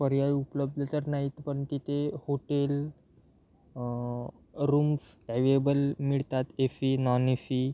पर्याय उपलब्ध तर नाहीत पण तिथे होटेल रूम्स ॲव्येबल मिळतात A C non A C